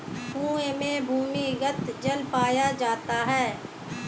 कुएं में भूमिगत जल पाया जाता है